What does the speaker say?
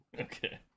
Okay